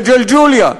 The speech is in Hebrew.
בג'לג'וליה,